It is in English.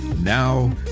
now